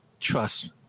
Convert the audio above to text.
trust